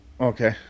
okay